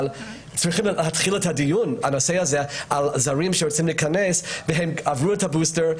צריכים להתחיל את הדיון על זרים שרוצים להיכנס והם עברו את הבוסטר,